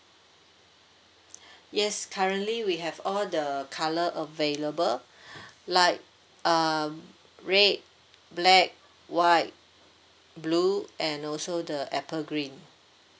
yes currently we have all the colour available like uh red black white blue and also the apple green